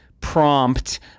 prompt